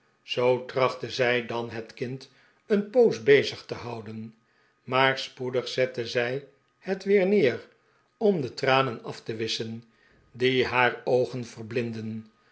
zoo trachtte zij dan het kind een poos bezig te houden maar spoedig zette zij het weer neer om de tranen af te wisschen die haar oogen verblindden